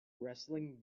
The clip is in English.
wrestling